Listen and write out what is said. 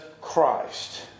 Christ